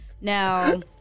now